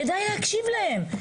כדאי להקשיב להם.